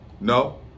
No